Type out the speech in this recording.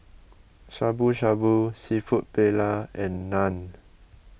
Shabu Shabu Seafood Paella and Naan